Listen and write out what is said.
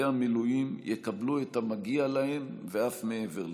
המילואים יקבלו את המגיע להם ואף מעבר לכך.